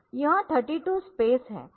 यह 32 स्पेस है